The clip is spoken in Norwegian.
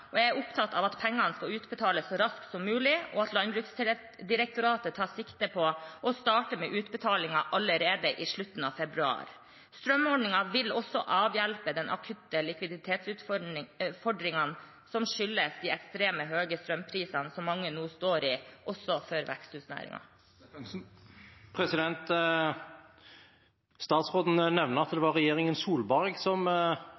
Jeg er opptatt av at pengene skal utbetales så raskt som mulig, og Landbruksdirektoratet tar sikte på å starte med utbetalinger allerede i slutten av februar. Strømordningen vil også avhjelpe de akutte likviditetsutfordringene som skyldes de ekstremt høye strømprisene som mange nå står i, også for veksthusnæringen. Statsråden nevner at det var Solberg-regjeringen som